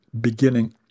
beginning